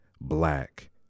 black